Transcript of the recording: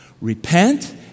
Repent